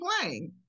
playing